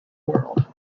world